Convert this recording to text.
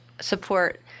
support